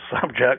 subject